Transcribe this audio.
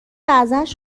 ازش